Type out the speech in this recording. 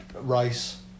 Rice